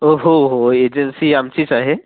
हो हो एजन्सी आमचीच आहे